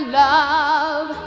love